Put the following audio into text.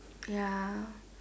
ya